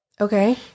Okay